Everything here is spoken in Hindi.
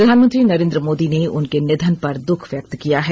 प्रधानमंत्री नरेंद्र मोदी ने उनके निधन पर दुख व्यक्त किया है